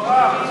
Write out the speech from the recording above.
מה זה,